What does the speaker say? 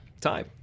time